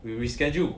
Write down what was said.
we reschedule